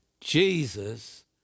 Jesus